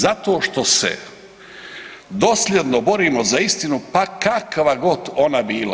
Zato što se dosljedno borimo za istinu pa kakva god ona bila.